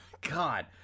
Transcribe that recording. God